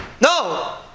no